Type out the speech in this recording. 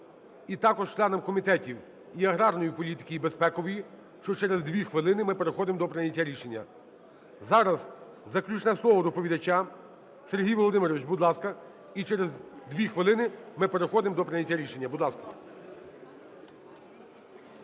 і також членам комітетів і аграрної політики, і безпекової, що через 2 хвилини ми переходимо до прийняття рішення. Зараз заключне слово доповідача. Сергій Володимирович, будь ласка. І через 2 хвилини ми переходимо до прийняття рішення.